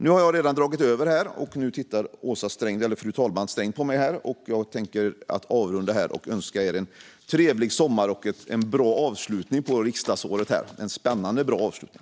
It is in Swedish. Nu har jag dragit över min talartid, och fru talmannen tittar strängt på mig. Jag tänker då avrunda och önskar er en trevlig sommar och en bra avslutning på riksdagsåret - en spännande och bra avslutning.